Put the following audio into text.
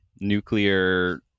nuclear